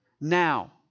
Now